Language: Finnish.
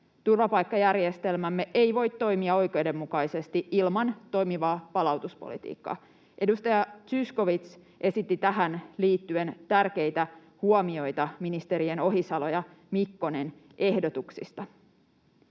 Turvapaikkajärjestelmämme ei voi toimia oikeudenmukaisesti ilman toimivaa palautuspolitiikkaa. Edustaja Zyskowicz esitti tähän liittyen tärkeitä huomioita ministerien Ohisalo ja Mikkonen ehdotuksista.